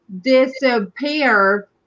disappear